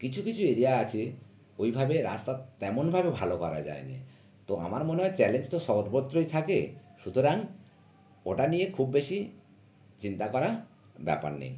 কিছু কিছু এরিয়া আছে ওইভাবে রাস্তা তেমনভাবে ভালো করা যায়নি তো আমার মনে হয় চ্যালেঞ্জ তো সর্বত্রই থাকে সুতরাং ওটা নিয়ে খুব বেশি চিন্তা করার ব্যাপার নেই